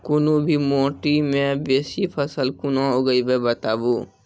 कूनू भी माटि मे बेसी फसल कूना उगैबै, बताबू?